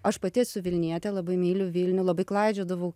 aš pati esu vilnietė labai myliu vilnių labai klaidžiodavau